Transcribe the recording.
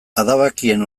adabakien